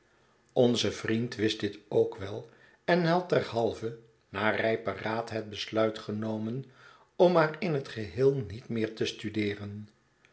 onze vriend wist dit ook wel en had derhalve na rijp beraad het besluit genomen om maar in tgeheel niet meer te studeeren